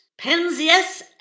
Penzias